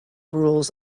rules